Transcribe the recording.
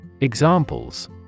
Examples